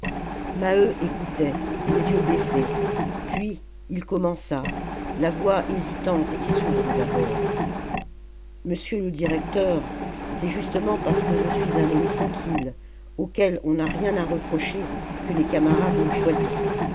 maheu écoutait les yeux baissés puis il commença la voix hésitante et sourde d'abord monsieur le directeur c'est justement parce que je suis un homme tranquille auquel on n'a rien à reprocher que les camarades m'ont choisi